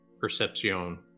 perception